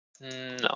No